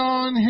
on